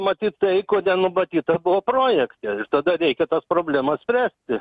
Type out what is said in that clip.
matyt tai ko nenumatyta buvo projekte ir tada reikia tas problemas spręsti